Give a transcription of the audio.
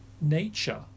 nature